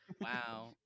wow